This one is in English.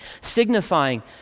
signifying